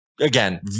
again